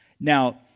Now